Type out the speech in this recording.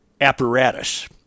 apparatus